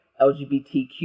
LGBTQ